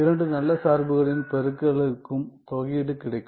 இரண்டு நல்ல சார்புகளின் பெருக்கலுக்கும் தொகையீடு கிடைக்கும்